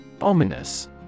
Ominous